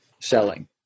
selling